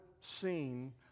seen